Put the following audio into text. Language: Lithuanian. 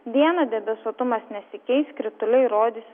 dieną debesuotumas nesikeis krituliai rodys